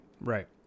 Right